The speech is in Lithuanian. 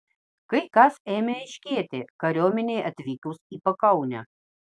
kai kas ėmė aiškėti kariuomenei atvykus į pakaunę